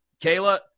Kayla